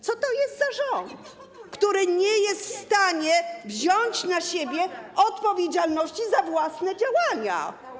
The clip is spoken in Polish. Co to jest za rząd, który nie jest w stanie wziąć na siebie odpowiedzialności za własne działania?